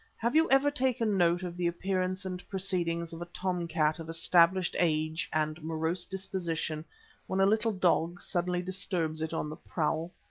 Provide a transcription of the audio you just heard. have you ever taken note of the appearance and proceedings of a tom-cat of established age and morose disposition when a little dog suddenly disturbs it on the prowl?